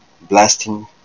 blasting